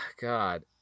god